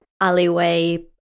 alleyway